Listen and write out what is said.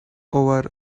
over